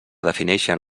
defineixen